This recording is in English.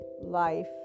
life